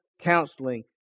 counseling